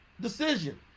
decision